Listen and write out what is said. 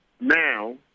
now